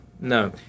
No